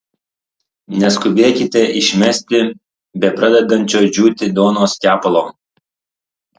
neskubėkite išmesti bepradedančio džiūti duonos kepalo